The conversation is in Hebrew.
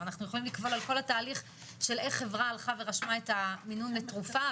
ויכולים לקבול על כל התהליך של איך חברה רשמה את המינון לתרופה,